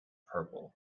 purple